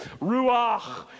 ruach